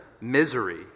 misery